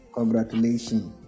Congratulations